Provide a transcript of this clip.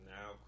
Now